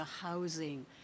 housing